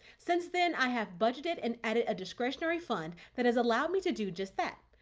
since then i have budgeted and added a discretionary fund that has allowed me to do just that.